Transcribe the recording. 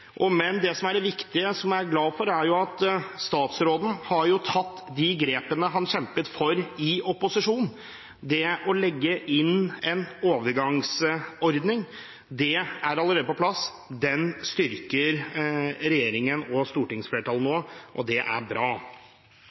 Men det som er det viktige, og som jeg er glad for, er at statsråden har tatt de grepene han kjempet for i opposisjon: det å legge inn en overgangsordning. Det er allerede på plass. Den styrker regjeringen og stortingsflertallet nå, og det er bra.